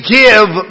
give